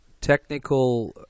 technical